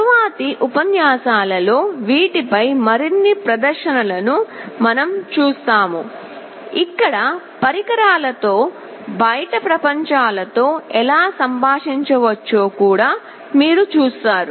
తరువాతి ఉపన్యాసాలలో వీటిపై మరిన్ని ప్రదర్శనలను మనం చూస్తాము ఇక్కడ పరికరాల తో బయటి ప్రపంచంతో ఎలా సంభాషించవచ్చో కూడా మీరు చూస్తారు